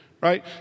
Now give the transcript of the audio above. right